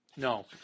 No